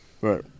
right